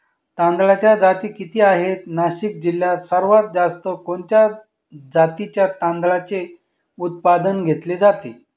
तांदळाच्या जाती किती आहेत, नाशिक जिल्ह्यात सर्वात जास्त कोणत्या जातीच्या तांदळाचे उत्पादन घेतले जाते?